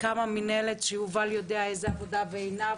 קמה מנהלת בשלטון המקומי שיובל יודע איזו עבודה וגם את,